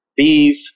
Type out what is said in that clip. Beef